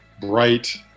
bright